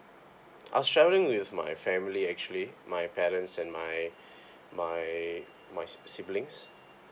I was traveling with my family actually my parents and my my my siblings